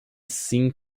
seen